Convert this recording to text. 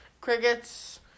Crickets